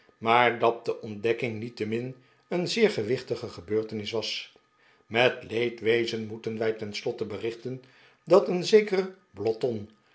maar dat de ontdekking niettemin een zeer gewichtige gebeurtenis was met leedwezen moeten wij ten slotte berichten dat een zekere blotton